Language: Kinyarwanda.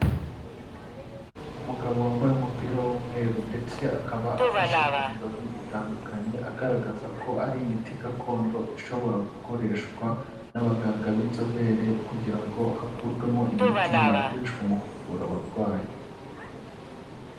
Umugabo wambaye umupira w'umweru ndetse akaba afashe ku bibabi bitandukanye, agaragaza ko ari imiti gakondo ishobora gukoreshwa n'abaganga b'inzobere, kugira ngo hakurwemo imiti yakoreshwa mu kuvura abarwayi.